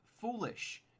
foolish